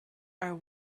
are